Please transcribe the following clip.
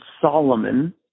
Solomon